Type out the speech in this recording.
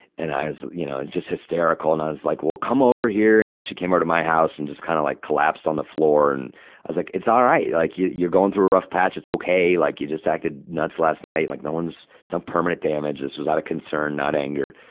and i was, you know, just hysterical. and i was like, well, come over here. and she came over to my house and just kind of, like, collapsed on the floor. and i was like, it's all right. like, you're going through a rough patch. it's okay. like, you just acted nuts last night. like, no one's, there's no permanent damage. this was out of concern not anger.